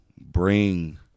bring